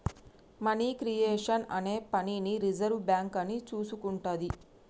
money creation అనే పనిని reserve bank అని చూసుకుంటాది